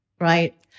right